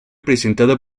presentada